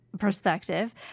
perspective